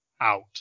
Out